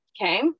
okay